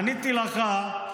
עניתי לך: